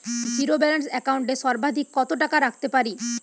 Zero balance account এ সর্বাধিক কত টাকা রাখতে পারি?